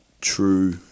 true